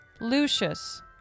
Lucius